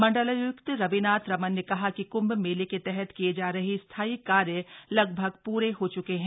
मंडलायुक्त रविनाथ रमन ने कहा कि कुंभ मेले के तहत किए जा रहे स्थाई कार्य लगभग पूरे हो चुके हैं